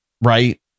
right